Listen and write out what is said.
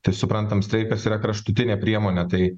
tai suprantame streikas yra kraštutinė priemonė tai